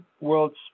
world's